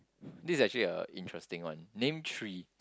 this is actually a interesting one name three